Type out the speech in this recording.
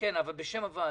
בשם הוועדה.